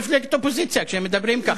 הן לא מפלגת אופוזיציה כשמדברים כך.